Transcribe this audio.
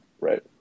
right